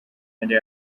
yari